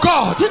God